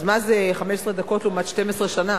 אז מה זה 15 דקות לעומת 12 שנה?